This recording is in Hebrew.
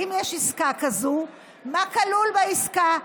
ואם יש עסקה כזו, מה כלול בעסקה?